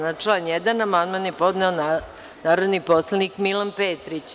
Na član 1. amandman je podneo narodni poslanik Milan Petrić.